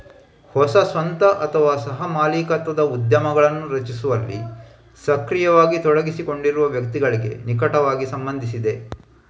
ಹೊಸ ಸ್ವಂತ ಅಥವಾ ಸಹ ಮಾಲೀಕತ್ವದ ಉದ್ಯಮಗಳನ್ನು ರಚಿಸುವಲ್ಲಿ ಸಕ್ರಿಯವಾಗಿ ತೊಡಗಿಸಿಕೊಂಡಿರುವ ವ್ಯಕ್ತಿಗಳಿಗೆ ನಿಕಟವಾಗಿ ಸಂಬಂಧಿಸಿದೆ